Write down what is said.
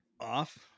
off